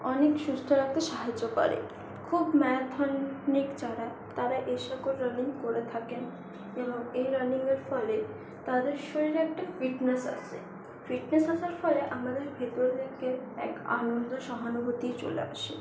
অনেক সুস্থ রাখতে সাহায্য করে খুব ম্যারাথনিক যারা তারা এ সকল রানিং করে থাকেন এবং এই রানিংয়ের ফলে তাদের শরীরে একটা ফিটনেস আসে ফিটনেস আসার ফলে আমাদের ভেতর থেকে এক আনন্দ সহানুভূতি চলে আসে